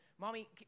Mommy